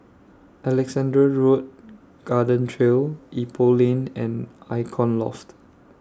Alexandra Road Garden Trail Ipoh Lane and Icon Loft